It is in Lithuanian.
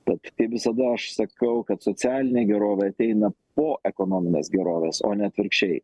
tad visada aš sakau kad socialinė gerovė ateina po ekonominės gerovės o ne atvirkščiai